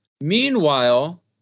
meanwhile